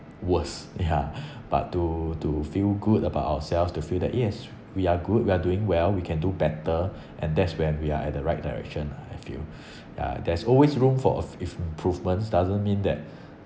worse yeah but to to feel good about ourselves to feel that yes we are good we're doing well we can do better and that's when we are at the right direction lah I feel ya there's always room for improvement doesn't mean that